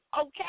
okay